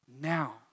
now